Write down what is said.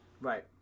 Right